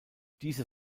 diese